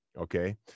Okay